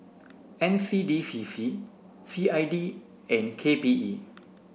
N C D C C C I D and K P E